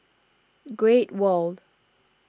Great World